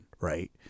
right